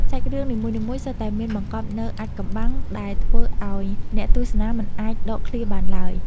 សាច់រឿងនីមួយៗសុទ្ធតែមានបង្កប់នូវអាថ៌កំបាំងដែលធ្វើឱ្យអ្នកទស្សនាមិនអាចដកឃ្លាបានឡើយ។